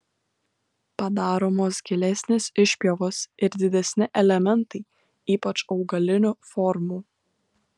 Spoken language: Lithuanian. padaromos gilesnės išpjovos ir didesni elementai ypač augalinių formų